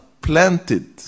planted